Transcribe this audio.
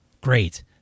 Great